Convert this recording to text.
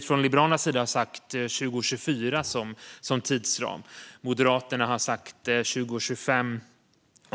Från Liberalernas sida har vi sagt 2024 som tidsram. Moderaterna har sagt 2025.